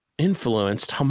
Influenced